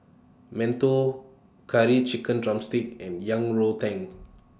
mantou Curry Chicken Drumstick and Yang Rou Tang